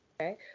Okay